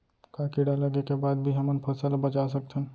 का कीड़ा लगे के बाद भी हमन फसल ल बचा सकथन?